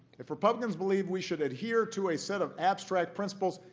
if republicans believe we should adhere to a set of abstract principles,